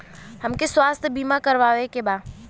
हमके स्वास्थ्य बीमा करावे के बा?